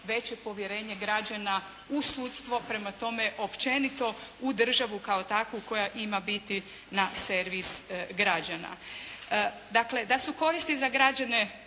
veće povjerenje građana u sudstvo. Prema tome, općenito u državu kao takvu koja ima biti na servis građana. Dakle, da su koristi za građane